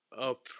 up